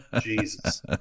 Jesus